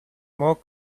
more